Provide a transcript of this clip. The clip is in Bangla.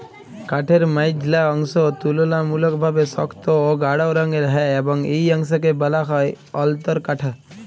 কাঠের মাইঝল্যা অংশ তুললামূলকভাবে সক্ত অ গাঢ় রঙের হ্যয় এবং ই অংশকে ব্যলা হ্যয় অল্তরকাঠ